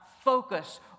focus